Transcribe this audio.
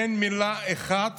אין מילה אחת